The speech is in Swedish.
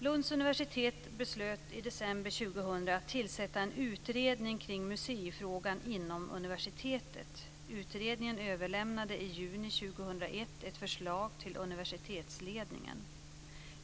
Lunds universitet beslöt i december 2000 att tillsätta en utredning kring museifrågan inom universitetet. Utredningen överlämnade i juni 2001 ett förslag till universitetsledningen.